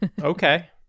Okay